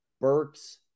Burks